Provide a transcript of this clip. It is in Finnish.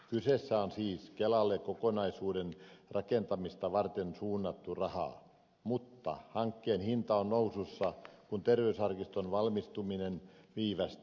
kyseessä on siis kelalle kokonaisuuden rakentamista varten suunnattu raha mutta hankkeen hinta on nousussa kun terveysarkiston valmistuminen viivästyy